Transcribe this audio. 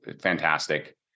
fantastic